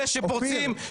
אלה שפורצים,